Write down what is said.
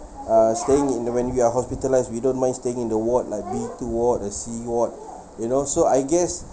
uh staying in the when we are hospitalised we don't mind staying in the ward like b two ward like c ward you know so I guess